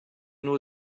nhw